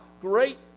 great